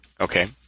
Okay